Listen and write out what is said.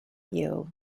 you